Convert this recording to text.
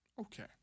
Okay